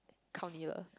come